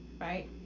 right